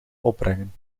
opbrengen